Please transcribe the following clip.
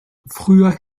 früher